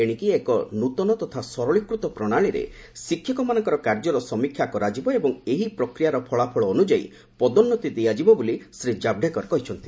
ଏଶିକି ଏକ ନୂତନ ତଥା ଶରଳୀକୃତ ପ୍ରଣାଳୀରେ ଶିକ୍ଷକମାନଙ୍କର କାର୍ଯ୍ୟର ସମୀକ୍ଷା କରାଯିବ ଏବଂ ଏହି ପ୍ରକ୍ରିୟାର ଫଳାଫଳ ଅନୁଯାୟୀ ପଦୋନ୍ନତି ଦିଆଯିବ ବୋଲି ଶ୍ୱୀ ଜାଭଡେକର କହିଛନ୍ତି